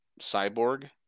cyborg